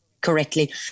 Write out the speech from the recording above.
correctly